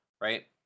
right